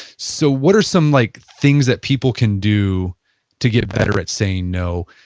so what are some like things that people can do to get better at saying no?